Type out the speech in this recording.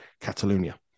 Catalonia